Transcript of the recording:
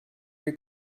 wir